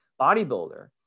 bodybuilder